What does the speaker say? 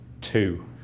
two